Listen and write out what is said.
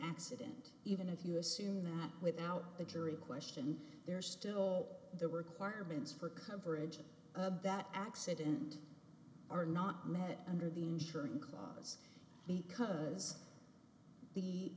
accident even if you assume that without the jury question there's still the requirements for coverage of that accident are not met under the turing clause because